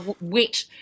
wet